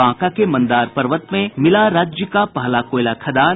बांका के मंदार पर्वत में मिला राज्य का पहला कोयला खदान